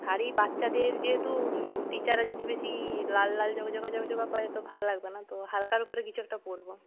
শাড়ি বাচ্চাদের যেহেতু টিচাররা যদি বেশি লাল লাল জবজবা জবজবা পরে তো ভাল লাগবে না তো হালকার উপরে কিছু একটা পরবো